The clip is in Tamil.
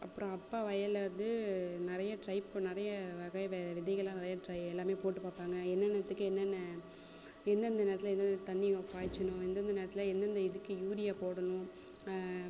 அப்புறம் அப்பா வயலில் வந்து நிறைய ட்ரை இப்போ நிறைய வகை விதைகள்லாம் நிறையா ட்ரை எல்லாம் போட்டு பார்ப்பாங்க என்னென்னத்துக்கு என்னென்ன எந்தெந்த நேரத்தில் எந்தெந்த தண்ணி பாய்ச்சணும் எந்தெந்த நேரத்தில் எந்தெந்த இதுக்கு யூரியா போடணும்